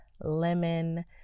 lemon